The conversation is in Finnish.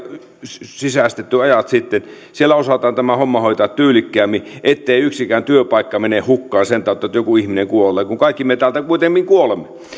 sisäistetty ajat sitten siellä osataan tämä homma hoitaa tyylikkäämmin ettei yksikään työpaikka mene hukkaan sen tautta että joku ihminen kuolee kun kaikki me täältä kuitenkin kuolemme